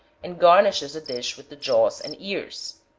and garnishes the dish with the jaws and ears.